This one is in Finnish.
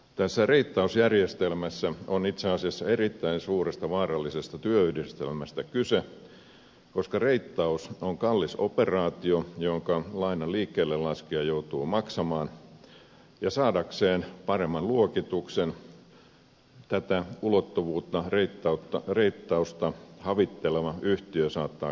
tässä reittausjärjestelmässä on itse asiassa erittäin suuresta vaarallisesta työyhdistelmästä kyse koska reittaus on kallis operaatio jonka lainan liikkeellelaskija joutuu maksamaan ja saadakseen paremman luokituksen tätä reittausta havitteleva yhtiö saattaa käyttää tilannetta hyväksi